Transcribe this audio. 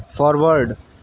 forward